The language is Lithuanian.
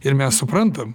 ir mes suprantam